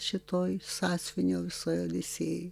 šitoj sąsiuvinio visoj odisėjoj